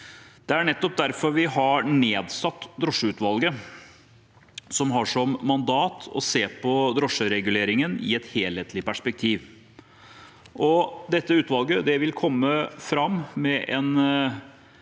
nettopp derfor vi har nedsatt drosjeutvalget, som har som mandat å se på drosjereguleringen i et helhetlig perspektiv. Dette utvalget vil komme med en